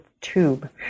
tube